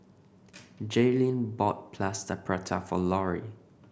Jaelynn bought Plaster Prata for Lorrie